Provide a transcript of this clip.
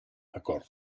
acord